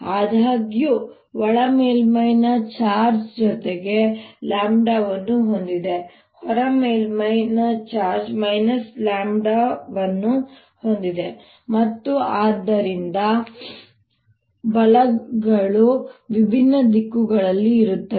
ಆದಾಗ್ಯೂ ಒಳ ಮೇಲ್ಮೈ ಚಾರ್ಜ್ ಜೊತೆಗೆ ವನ್ನು ಹೊಂದಿದೆ ಹೊರ ಮೇಲ್ಮೈ ಚಾರ್ಜ್ ವನ್ನು ಹೊಂದಿದೆ ಮತ್ತು ಆದ್ದರಿಂದ ಬಲಗಳು ವಿಭಿನ್ನ ದಿಕ್ಕುಗಳಲ್ಲಿ ಇರುತ್ತವೆ